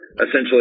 Essentially